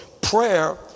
prayer